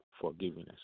forgiveness